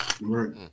Right